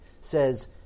says